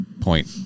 point